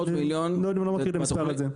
אני לא מכיר את המספר הזה.